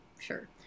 sure